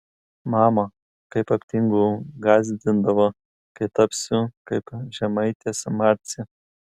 mama kai aptingdavau gąsdindavo kad tapsiu kaip žemaitės marcė